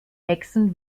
hexen